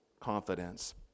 confidence